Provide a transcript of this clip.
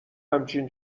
همچین